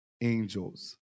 angels